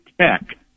tech